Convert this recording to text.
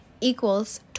equals